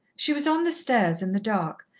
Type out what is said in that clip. she was on the stairs in the dark,